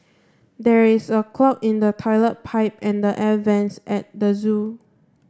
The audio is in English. there is a clog in the toilet pipe and the air vents at the zoo